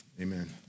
amen